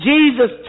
Jesus